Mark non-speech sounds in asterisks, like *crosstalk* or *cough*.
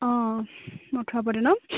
অঁ *unintelligible* ন